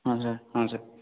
ହଁ ସାର୍ ହଁ ସାର୍